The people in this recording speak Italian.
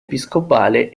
episcopale